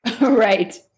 Right